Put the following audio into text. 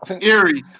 Eerie